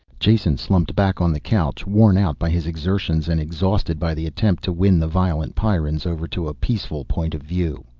jason slumped back on the couch, worn out by his exertions and exhausted by the attempt to win the violent pyrrans over to a peaceful point of view.